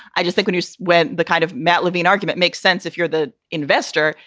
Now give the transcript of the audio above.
i just think when you so went the kind of matt levine argument makes sense if you're the investor.